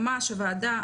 ממש הוועדה,